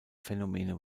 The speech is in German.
phänomene